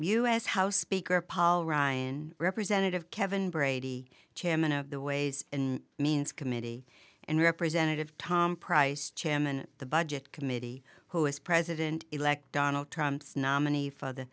house speaker paul ryan representative kevin brady chairman of the ways and means committee and representative tom price chairman the budget committee who is president elect donald trump's nominee for the